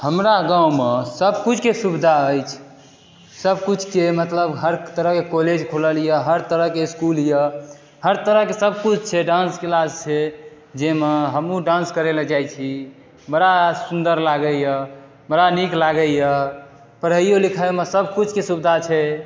हमरा गाँवमे सब कुछके सुविधा अछि सब कुछके मतलब हर तरहके कॉलेज खुलल यऽ हर तरहके इस्कूल यऽ हर तरह के सब कुछ छै डान्स क्लास छै जैमे हमहूँ डान्स करै लेऽ जाइ छी बड़ा सुन्दर लागैए बड़ा नीक लागैए पढ़ाइयो लिखाइमे सब कुछके सुविधा छै